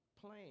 plan